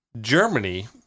Germany